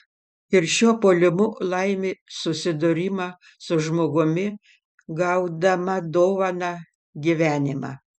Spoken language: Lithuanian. ir šiuo puolimu laimi susidūrimą su žmogumi gaudama dovaną gyvenimą